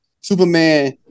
Superman